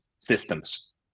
systems